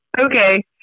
Okay